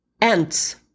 Ants